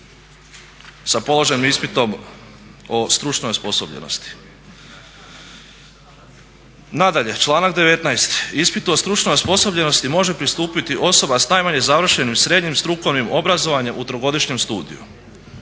sa položenim ispitom o stručnoj osposobljenosti? Nadalje, članak 19. ispitu o stručnoj osposobljenosti može pristupiti osoba sa najmanje završenim srednjim strukovnim obrazovanjem u trogodišnjem studiju.